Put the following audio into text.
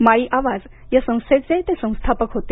माळी आवाज या संस्थेचे ते संस्थापक होते